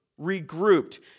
regrouped